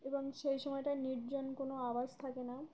এবং সেই সময়টায় নির্জন কোনো আওয়াজ থাকে না